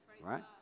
Right